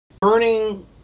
Burning